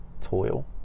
toil